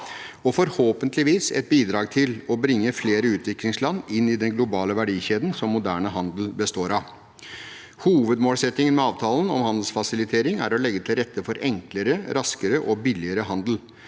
og forhåpentligvis et bidrag til å bringe flere utviklingsland inn i den globale verdikjeden som moderne handel består av. Hovedmålsettingen med avtalen om handelsfasilitering er å legge til rette for enklere, raskere og billigere handel.